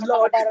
Lord